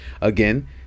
Again